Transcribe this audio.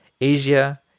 Asia